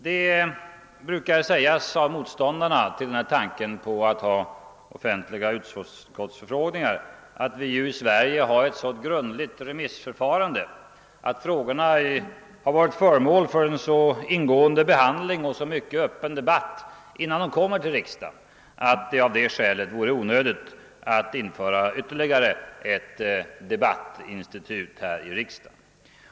Det brukar sägas av motståndarna till tanken på offentliga ut: skottsutfrågningar att vi här i Sverige har ett så grundligt remissförfarande, att frågorna har varit föremål för så ingående behandling och så mycket öppen debatt innan de kommer till riksdagen, att det är onödigt att införa ytterligare ett debattinstitut.